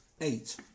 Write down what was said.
Eight